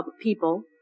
people